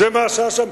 זה מה שהיה שם,